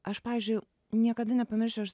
aš pavyzdžiui niekada nepamiršiu aš